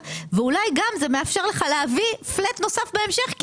ואולי גם מאפשר לך להביא פלט בסוף בהמשך,